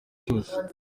cyose